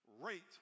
rate